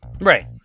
Right